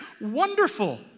wonderful